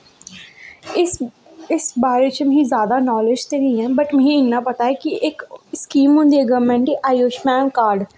इस इस बारे च मी जैदा नालेज ते निं ऐ बट मिगी इन्ना पता ऐ के इक स्कीम होंदी ऐ गौरमैंट दी आयुश्मान कार्ड